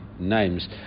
names